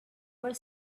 were